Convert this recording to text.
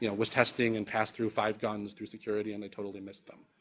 you know was testing and passed through five guns through security and they totally missed them.